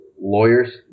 lawyers